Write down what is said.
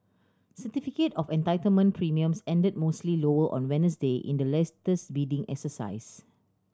certificate of Entitlement premiums ended mostly lower on Wednesday in the latest bidding exercise